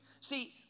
See